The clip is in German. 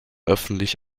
öffentlich